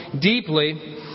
deeply